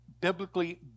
biblically